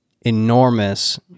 enormous